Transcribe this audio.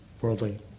worldly